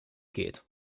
geht